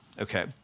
Okay